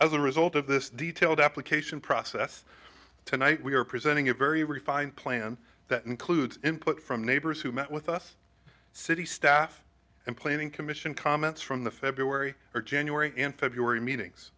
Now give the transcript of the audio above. as a result of this detailed application process tonight we are presenting a very refined plan that includes input from neighbors who met with us city staff and planning commission comments from the february or january and february meetings